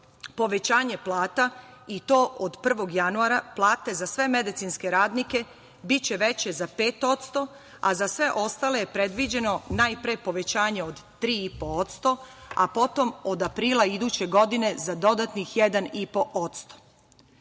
povećanje plata i to od 1. januara plate za sve medicinske radnike biće veće za 5%, a za sve ostale predviđeno je najpre povećanje od 3,5% , a potom od aprila iduće godine za dodatnih